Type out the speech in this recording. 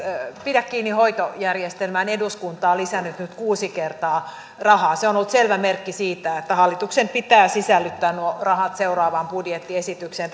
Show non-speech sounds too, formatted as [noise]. pidä kiinni hoitojärjestelmään eduskunta on lisännyt nyt kuusi kertaa rahaa se on ollut selvä merkki siitä että hallituksen pitää sisällyttää nuo rahat seuraavaan budjettiesitykseen [unintelligible]